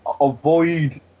avoid